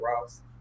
Ross